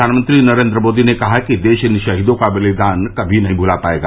प्रधानमंत्री नरेंद्र मोदी ने कहा कि देश इन शहीदों का बलिदान कभी भुला नहीं पायेगा